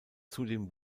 zudem